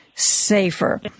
safer